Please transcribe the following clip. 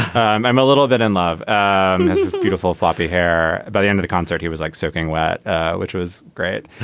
i'm i'm a little bit in love and with this beautiful floppy hair by the end of the concert he was like soaking wet which was great.